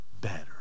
better